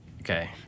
Okay